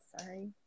sorry